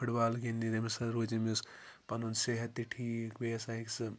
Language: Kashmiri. فُٹ بال گِنٛدِنہِ تٔمِس ہَسا روزِ أمِس پُنن صحت تہِ ٹھیٖک بیٚیہِ ہَسا ہیٚکہِ سُہ